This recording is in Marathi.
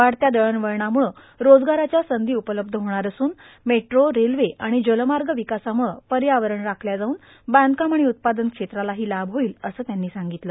वाढत्या दळणवळणामुळं रोजगाराच्या संधी उपलब्ध होणार असून मेट्रो रेल्वे आणि जलमार्ग विकासामुळं पर्यावरण राखल्या जावून बांधकाम आणि उत्पादन क्षेत्रालाही लाभ होईल असं त्यांनी सांगितलं